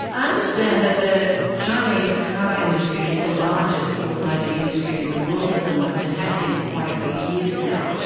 i understand that the chinese car industry is the largest automotive industry in the world at the moment and has been for quite a few years now.